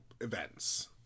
events